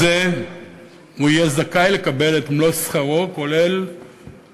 הוא יהיה זכאי לקבל את מלוא שכרו, כולל